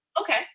okay